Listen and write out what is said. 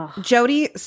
Jody